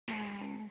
हाँ